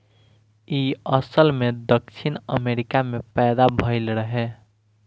इ असल में दक्षिण अमेरिका में पैदा भइल रहे